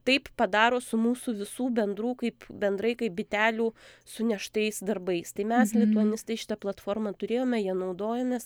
taip padaro su mūsų visų bendrų kaip bendrai kaip bitelių suneštais darbais tai mes lituanistai šitą platformą turėjome ja naudojomės